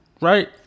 right